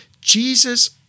Jesus